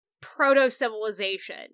proto-civilization